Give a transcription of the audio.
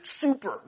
super